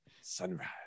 sunrise